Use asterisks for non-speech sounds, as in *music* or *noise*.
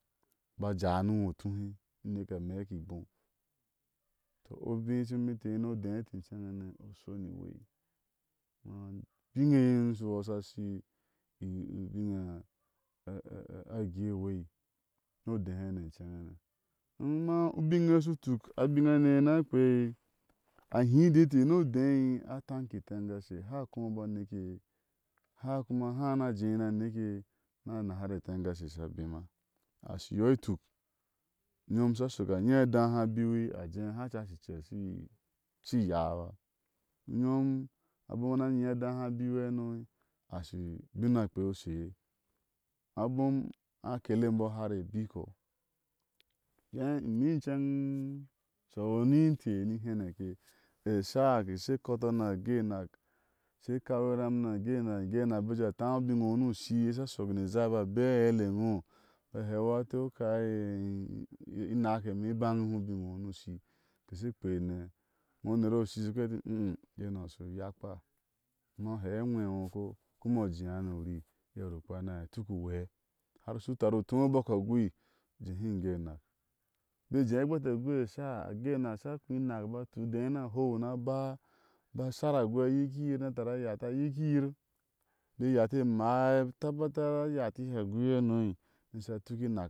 A ba jaa ni iŋo u tuhe uneke amekeb iiboo tɔ abé ocome inte ne ni odé inte inceneŋ hane o shɔni iwei *hesitation* ubine e iye nyom ushu washa shui u bina a *hesitation* agui iwei ni odé hane inceŋhane in ma, ubine e iye u shu tuk a big hane a ni a kpea i a hide inte ni odé a taŋke inteegashe, ahana kóbɔɔ aneke, ha kuma haŋa a ni a jeei ni aneke ni a nahare iteŋgashe aha abema ashi iyɔ ituk nyoma sha shok a nyi ada sha abiwi a je a a haŋa ashi icer shi iyaa ba nyom abom a ni a nyii a da sha abiwi hano ashe u bin a kpea u she iye a bom, akele mbɔɔ a hari abikɔ u jemi mceŋ shʊu ni nite henɛke esha ke she kɔto ni age e inak keshe kau iram ni a age inak inge e inak abik a tahuu biŋe iŋo ni ushii iyee asha shɔk ino ni ushii iye ashe shɔk ni a ihai a ba be aa aeile ino a ba heewa eti okai *hesitation* tɔ inak eime i bane he ubiŋe ino ni ushii ke she kpenine? Iŋo uner o ushishi ku heeti mh mh, iyɔno a shi u yakpa amma heea anwe iŋo ko kuma jeaniu uri iyea nikpa ni a tuk u wɛɛ har u shui tari u túú o bɔk a gui u je hi ingee inak kebe jé a agbe ta gui esha age mak a sha kui inak a ba tua dé ni a hou ni a aba aba shar agui a yiki yir ni a tari a ayata a yikiyir kebe yata i imaa a tabba tar a yata he agui hano ni shi a tuk inak